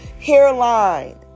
hairline